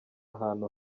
ahantu